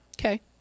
Okay